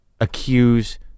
accuse